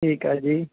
ਠੀਕ ਹੈ ਜੀ